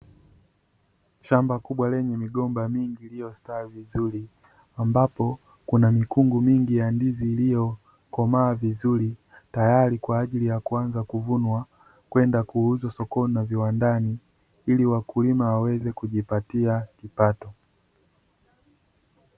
Shamba kubwa lenye migomba mingi iliyostawi vizuri ambapo kuna mikungu mingi ya ndizi iliyokomaa vizuri tayari kwa ajili ya kuanza kuvunwa kwenda kuuzwa sokoni na viwandani ili wakulima waweze kujipatia kipato.